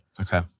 Okay